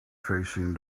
facing